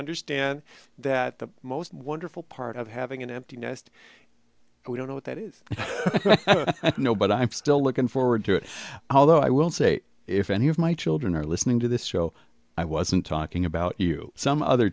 understand that the most wonderful part of having an empty nest and we don't know what that is no but i'm still looking forward to it although i will say if any of my children are listening to this show i wasn't talking about you some other